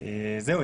זהו.